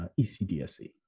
ECDSA